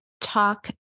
talk